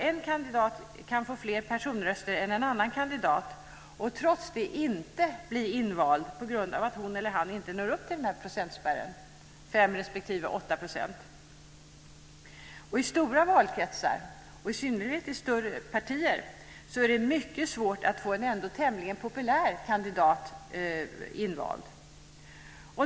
En kandidat kan få fler personröster än en annan kandidat och trots detta inte bli invald på grund av att hon eller han inte når upp till den här procentspärren, 5 % respektive 8 %. I stora valkretsar, i synnerhet i större partier, är det mycket svårt att få en ändå tämligen populär kandidat invald.